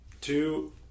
two